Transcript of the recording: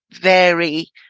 vary